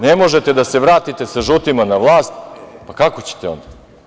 Ne možete da se vratite sa žutima na vlast, kako ćete onda?